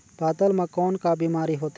पातल म कौन का बीमारी होथे?